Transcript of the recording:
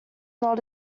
not